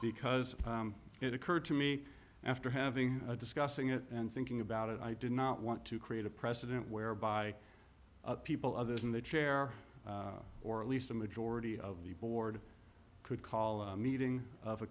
because it occurred to me after having discussing it and thinking about it i did not want to create a precedent whereby people other than the chair or at least a majority of the board could call a meeting of a